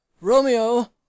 romeo